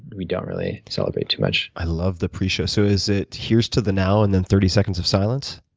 we don't really celebrate too much. i love the pre-show. so is it, here's to the now, and then thirty seconds of silence?